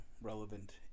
relevant